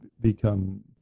become